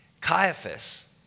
Caiaphas